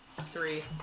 three